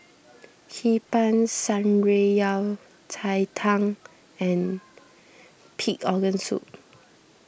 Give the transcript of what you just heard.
Hee Pan Shan Rui Yao Cai Tang and Pig Organ Soup